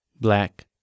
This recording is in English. black